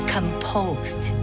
Composed